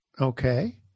Okay